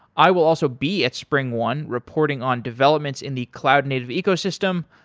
i will also be at springone reporting on developments in the cloud native ecosystem.